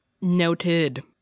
Noted